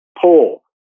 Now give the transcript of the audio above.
pull